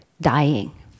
dying